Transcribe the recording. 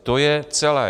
To je celé.